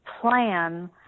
plan